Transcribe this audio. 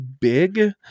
big